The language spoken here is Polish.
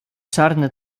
czarne